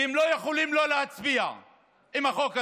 כי הם לא יכולים שלא להצביע עם החוק הזה.